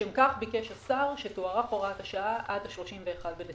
לשם כך ביקש שר האוצר שתוארך הוראת השעה עד ה-31 בדצמבר.